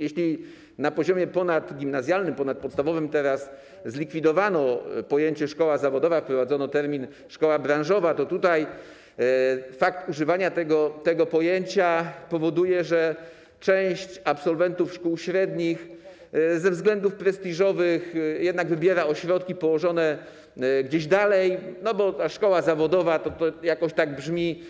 Jeśli na poziomie ponadgimnazjalnym, ponadpodstawowym zlikwidowano pojęcie „szkoła zawodowa” i wprowadzono termin „szkoła branżowa”, to tutaj fakt używania tego pojęcia powoduje, że część absolwentów szkół średnich ze względów prestiżowych jednak wybiera ośrodki położone gdzieś dalej, bo „szkoła zawodowa” to jakoś tak brzmi